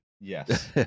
Yes